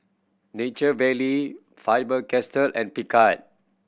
Nature Valley Faber Castell and Picard